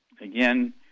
again